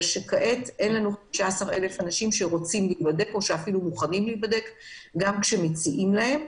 כעת אין 15,000 אנשים שרוצים להיבדק גם כשמציעים להם.